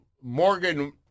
Morgan